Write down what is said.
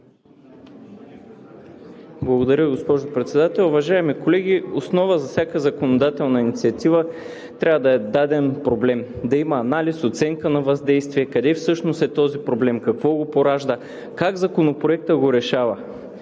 Благодаря, госпожо Председател. Уважаеми колеги, основа за всяка законодателна инициатива трябва да е даден проблем – да има анализ, оценка на въздействие, къде всъщност е този проблем, какво го поражда, как го решава